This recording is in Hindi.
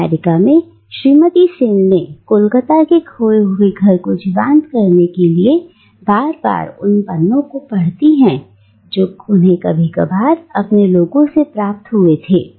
अमेरिका में श्रीमती सेन ने कोलकाता के खोए हुए घर को जीवंत करने के लिए बार बार उन पत्रों को पढ़ती थी जो उन्हें कभी कभार अपने लोगों से प्राप्त हुए थे